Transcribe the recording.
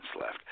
left